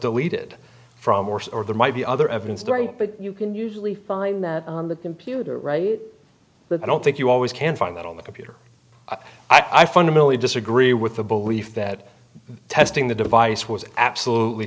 deleted from morse or there might be other evidence story but you can usually find that on the computer but i don't think you always can find that on the computer i fundamentally disagree with the belief that testing the device was absolutely